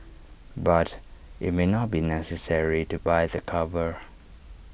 but IT may not be necessary to buy the cover